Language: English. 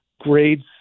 grades